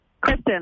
Kristen